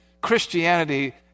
Christianity